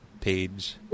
page